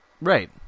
Right